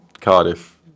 Cardiff